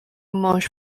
mąż